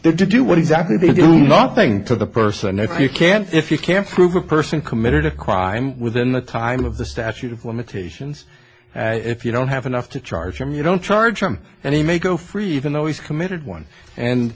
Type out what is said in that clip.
there to do what exactly they do nothing to the person if you can't if you can't prove a person committed a crime within the time of the statute of limitations if you don't have enough to charge them you don't charge him and he may go free even though he's committed